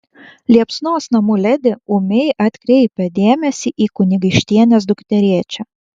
liepsnos namų ledi ūmiai atkreipia dėmesį į kunigaikštienės dukterėčią